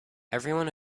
everyone